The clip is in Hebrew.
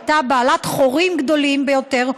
הייתה בעלת חורים גדולים ביותר,